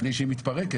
לפני שהיא מתפרקת,